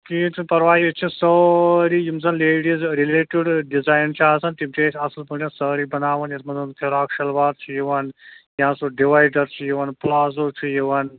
کِہیٖنٛۍ چھُنہٕ پَرواے ییٚتہِ چھِ سٲرِی یِم زَن لیڈیٖز رِلیٹٕڈ ڈِزایِن چھِ آسان تِم چھِ أسۍ اَصٕل پٲٹھٮ۪ن سٲری بَناوان یَتھ منٛز فِراکھ شِلوار چھِ یِوان یا سُہ ڈِوایڈَر چھِ یِوان پُلازو چھُ یِوَان